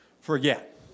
forget